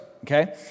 okay